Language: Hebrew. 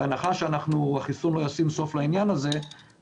בהנחה שהחיסון לא ישים סוף לעניין הזה,